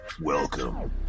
Welcome